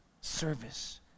service